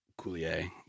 Coulier